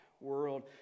world